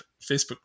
facebook